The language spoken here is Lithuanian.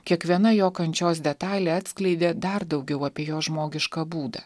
kiekviena jo kančios detalė atskleidė dar daugiau apie jo žmogišką būdą